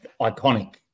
iconic